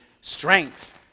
strength